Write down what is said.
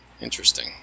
Interesting